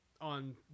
on